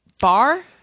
bar